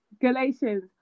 Galatians